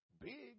big